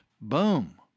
boom